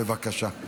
ביטחון לאומי?